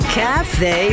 cafe